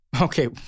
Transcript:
Okay